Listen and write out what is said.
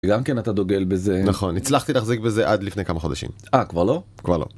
גם כן אתה דוגל בזה נכון הצלחתי להחזיק בזה עד לפני כמה חודשים, אה כבר לא? כבר לא.